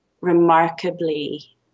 remarkably